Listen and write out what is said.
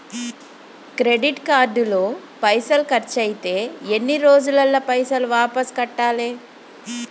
Credit card లో పైసల్ ఖర్చయితే ఎన్ని రోజులల్ల పైసల్ వాపస్ కట్టాలే?